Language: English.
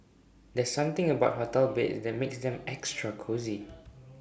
there's something about hotel beds that makes them extra cosy